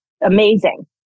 amazing